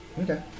Okay